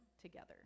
together